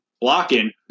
blocking